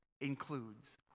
includes